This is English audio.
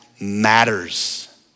matters